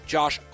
Josh